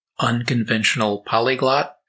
unconventionalpolyglot